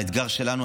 האתגר שלנו,